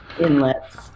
inlets